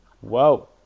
Wow